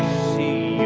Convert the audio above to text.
c